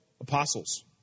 Apostles